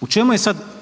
u čemu je sad